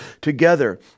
together